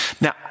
Now